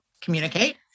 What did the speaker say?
communicate